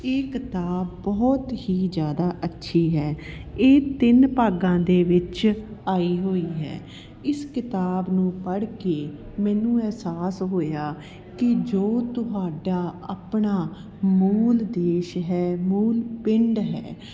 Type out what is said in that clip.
ਇਹ ਕਿਤਾਬ ਬਹੁਤ ਹੀ ਜ਼ਿਆਦਾ ਅੱਛੀ ਹੈ ਇਹ ਤਿੰਨ ਭਾਗਾਂ ਦੇ ਵਿੱਚ ਆਈ ਹੋਈ ਹੈ ਇਸ ਕਿਤਾਬ ਨੂੰ ਪੜ੍ਹ ਕੇ ਮੈਨੂੰ ਅਹਿਸਾਸ ਹੋਇਆ ਕਿ ਜੋ ਤੁਹਾਡਾ ਆਪਣਾ ਮੂਲ ਦੇਸ਼ ਹੈ ਮੂਲ ਪਿੰਡ ਹੈ